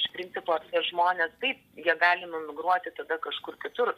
iš principo tie žmonės taip jie gali numigruoti tada kažkur kitur